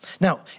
Now